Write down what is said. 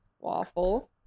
waffle